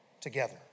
together